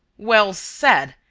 well said,